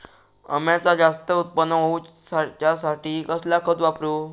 अम्याचा जास्त उत्पन्न होवचासाठी कसला खत वापरू?